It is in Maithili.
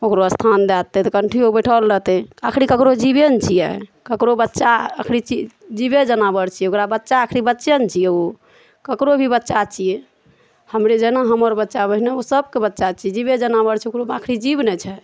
ओकरो स्थान दऽ देतै तऽ किम्हरो बैसल रहतै अखनो ककरो जीबे ने छियै ककरो बच्चा अखन छी जीबे जनावर छियै ओकरा बच्चा आखरी बच्चे ने छियै ओ ककरो भी बच्चा छियै हमरे जेना हमर बच्चा ओहिना ओ सबके बच्चा छी जीबे जनावर छै ओकरो आखरी जीब ने छै